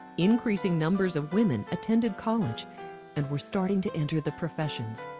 increasing numbers of women attended college and were starting to enter the professions.